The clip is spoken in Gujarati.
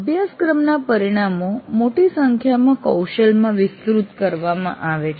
અભ્યાસક્રમના પરિણામો મોટી સંખ્યામાં કૌશલમાં વિસ્તૃત કરવામાં આવે છે